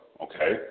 Okay